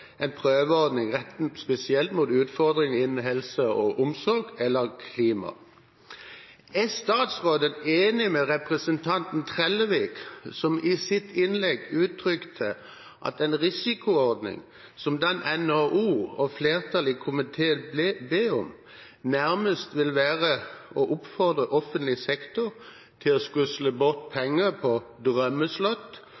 en prøveordning rettet spesielt mot utfordringer innen helse og omsorg eller klima. Er statsråden enig med representanten Trellevik, som i sitt innlegg uttrykte at en risikoordning som den NHO og flertallet i komiteen ber om, nærmest vil være å oppfordre offentlig sektor til å skusle bort